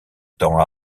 temps